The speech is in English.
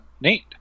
Neat